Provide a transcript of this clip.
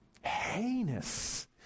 heinous